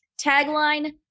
tagline